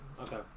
Okay